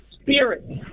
spirit